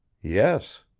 yes,